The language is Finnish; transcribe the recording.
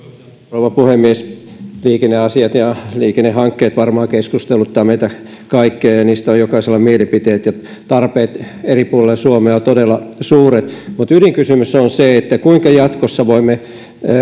rouva puhemies liikenneasiat ja liikennehankkeet varmaan keskusteluttavat meitä kaikkia niistä on jokaisella mielipiteet ja tarpeet eri puolilla suomea ovat todella suuret mutta ydinkysymys on se kuinka voimme jatkossa